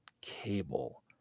cable